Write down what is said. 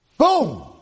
Boom